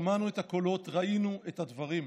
שמענו את הקולות, ראינו את הדברים,